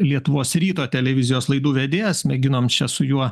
lietuvos ryto televizijos laidų vedėjas mėginom čia su juo